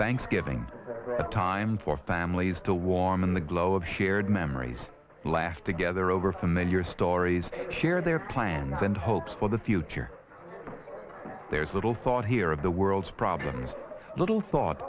thanksgiving a time for families to warm in the glow of shared memories laugh together over familiar stories share their plans and hopes for the future there's little thought here of the world's problems little thought